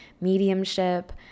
mediumship